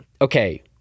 okay